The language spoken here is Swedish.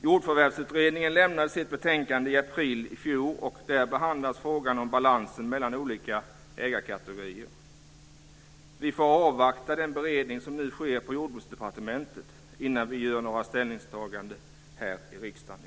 Jordförvärvsutredningen lämnade sitt betänkande i april i fjol, och där behandlas frågan om balansen mellan olika ägarkategorier. Vi får avvakta den beredning som nu sker på Jordbruksdepartementet innan vi gör något ställningstagande här i riksdagen.